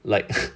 like